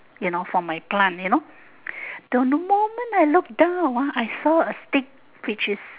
you know for my plant you know the moment I look down ah I saw a stick which is